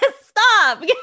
Stop